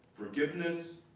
forgiveness,